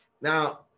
Now